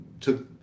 took